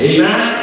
Amen